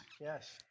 Yes